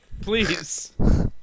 Please